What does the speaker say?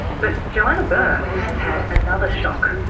but johanna byrne has had another shock.